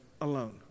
alone